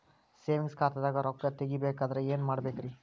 Savings ಖಾತಾದಾಗ ರೊಕ್ಕ ತೇಗಿ ಬೇಕಾದರ ಏನ ಮಾಡಬೇಕರಿ?